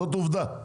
זאת עובדה.